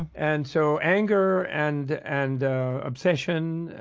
and so anger and and obsession,